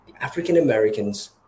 African-Americans